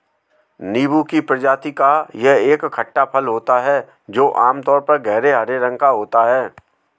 नींबू की प्रजाति का यह एक खट्टा फल होता है जो आमतौर पर गहरे हरे रंग का होता है